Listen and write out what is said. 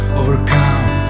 overcome